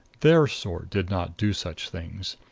their sort did not do such things.